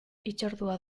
hitzordua